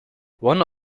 one